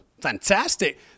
Fantastic